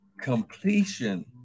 completion